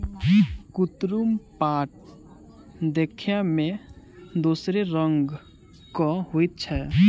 कुतरुम पाट देखय मे दोसरे रंगक होइत छै